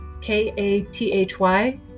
K-A-T-H-Y